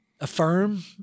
affirm